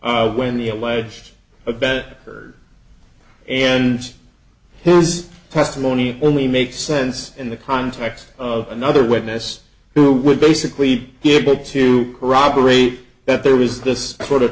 all when the alleged event occurred and his testimony only makes sense in the context of another witness who would basically be able to corroborate that there was this sort of